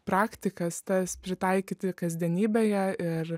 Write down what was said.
praktikas tas pritaikyti kasdienybėje ir